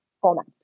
format